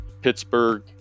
Pittsburgh